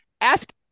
Ask